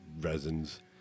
resins